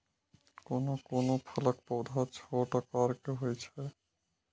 कोनो कोनो फलक पौधा छोट आकार के होइ छै